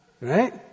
right